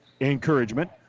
encouragement